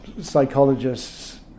psychologists